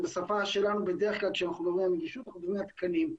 כשאנחנו מדברים על נגישות אנחנו מדברים על תקנים.